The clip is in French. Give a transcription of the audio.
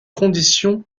conditions